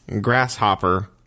grasshopper